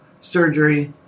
surgery